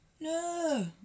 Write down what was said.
No